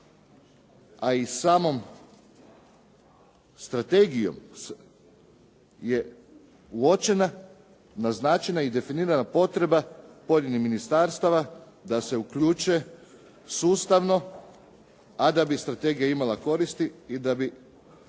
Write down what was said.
a i samom strategijom je uočena, naznačena i definirana potreba pojedinih ministarstava da se uključe sustavno, a da bi strategija imala koristi i da bi